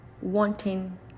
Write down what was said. wanting